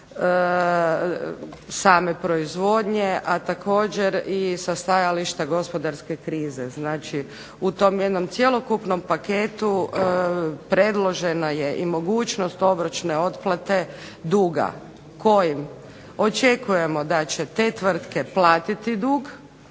same proizvodnje, a također i sa stajališta gospodarske krize. Znači u tom jednom cjelokupnom paketu predložena je i mogućnost obročne otplate duga kojim očekujemo da će te tvrtke platiti dug